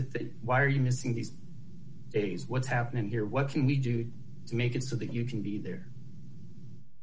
the why are you missing these days what's happening here what can we do to make it so that you can be there